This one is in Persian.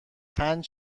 پنج